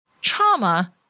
trauma